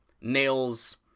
nails